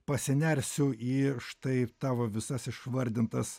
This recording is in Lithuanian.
pasinersiu į štai tavo visas išvardintas